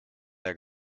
der